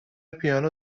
پیانو